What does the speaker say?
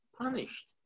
punished